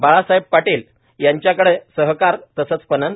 बाळासाहेब पाटील यांच्याकडे सहकार तसंच पणन